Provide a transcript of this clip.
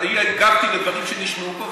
אני הגבתי על דברים שנשמעו פה,